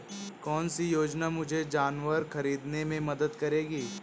कौन सी योजना मुझे जानवर ख़रीदने में मदद करेगी?